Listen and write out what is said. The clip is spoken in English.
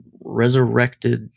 resurrected